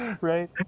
right